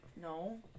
No